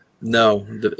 no